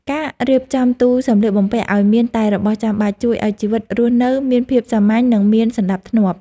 ការរៀបចំទូសម្លៀកបំពាក់ឱ្យមានតែរបស់ចាំបាច់ ជួយឱ្យជីវិតរស់នៅមានភាពសាមញ្ញនិងមានសណ្តាប់ធ្នាប់។